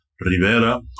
Rivera